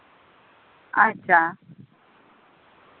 ᱟᱪᱪᱷᱟ